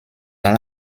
dans